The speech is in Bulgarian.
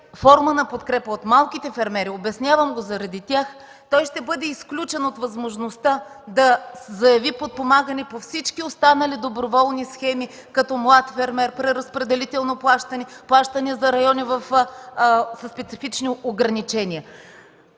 форма на подкрепа от малките фермери – обяснявам го заради тях, той ще бъде изключен от възможността да заяви подпомагане по всички останали доброволни схеми като „Млад фермер”, преразпределително плащане, плащане за райони със специфични ограничения.